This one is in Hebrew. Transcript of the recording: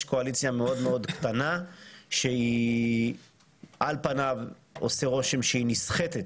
קואליציה מאוד מאוד קטנה שעל פניו עושה רושם שהיא נסחטת